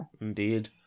Indeed